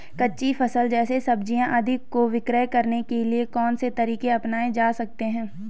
कच्ची फसल जैसे सब्जियाँ आदि को विक्रय करने के लिये कौन से तरीके अपनायें जा सकते हैं?